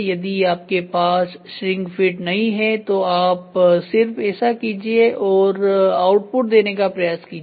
यदि आपके पास श्रिंकफिट नहीं है तो आप सिर्फ ऐसा कीजिए और आउटपुट देने का प्रयास कीजिए